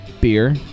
beer